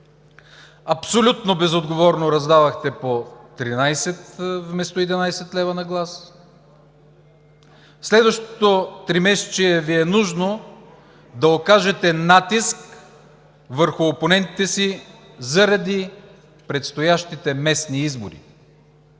Абсолютно безотговорно раздавахте по 13 лв., вместо 11 лв. на глас. Следващото тримесечие Ви е нужно, за да окажете натиск върху опонентите си, заради предстоящите местни избори.